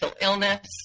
illness